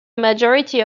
majority